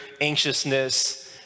anxiousness